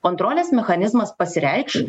kontrolės mechanizmas pasireikš